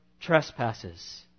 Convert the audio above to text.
trespasses